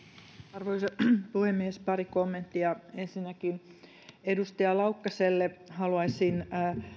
arvoisa puhemies pari kommenttia ensinnäkin edustaja laukkaselle haluaisin